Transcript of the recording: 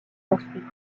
construits